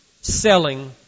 selling